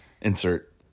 Insert